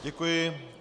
Děkuji.